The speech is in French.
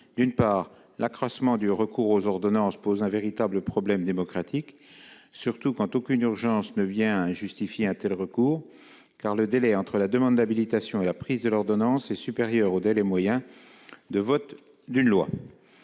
d'abord, l'accroissement du recours aux ordonnances soulève un véritable problème démocratique, surtout lorsqu'aucune urgence ne le justifie, car le délai entre la demande d'habilitation et la prise de l'ordonnance est supérieur au délai moyen de vote d'une loi.